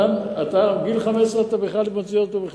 גיל 15, אתה בכלל מוציא אותו.